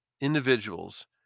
individuals